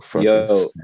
Yo